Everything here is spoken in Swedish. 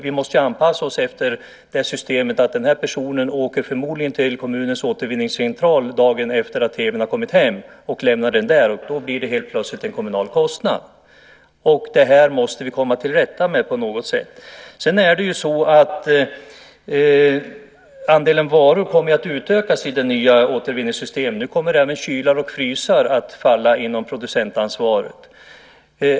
Vi måste anpassa oss efter det systemet att den här personen förmodligen åker till kommunens återvinningscentral dagen efter att TV:n har kommit hem och lämnar den gamla TV:n där, och då blir det helt plötsligt en kommunal kostnad. Detta måste vi komma till rätta med på något sätt. Andelen varor kommer att utökas i nya återvinningssystem. Nu kommer även kylar och frysar att falla inom producentansvaret.